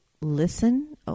listen